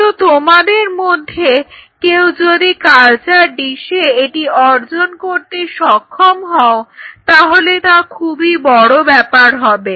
কিন্তু তোমাদের মধ্যে কেউ যদি কালচার ডিসে এটি অর্জন করতে সক্ষম হও তাহলে তা খুবই বড় ব্যাপার হবে